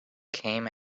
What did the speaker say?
came